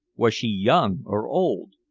was she young or old?